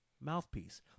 mouthpiece